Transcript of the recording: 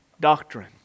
doctrine